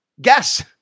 guess